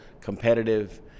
competitive